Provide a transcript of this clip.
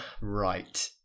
Right